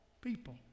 people